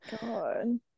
God